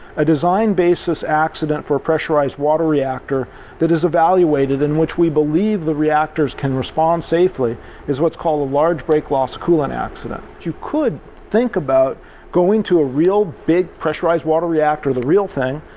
a design basis accident for pressurized water reactor that is evaluated, in which we believe the reactors can respond safely is what's called a large break loss coolant accident. you could think about going to a real big pressurized water reactor, the real thing,